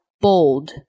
bold